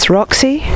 roxy